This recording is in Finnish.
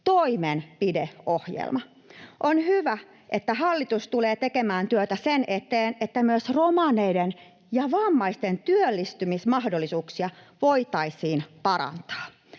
toimenpideohjelma. On hyvä, että hallitus tulee tekemään työtä sen eteen, että myös romaneiden ja vammaisten työllistymismahdollisuuksia voitaisiin parantaa.